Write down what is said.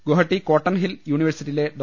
Guwahati Cotton Hill യൂണിവേഴ്സിറ്റിയിലെ ഡോ